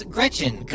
Gretchen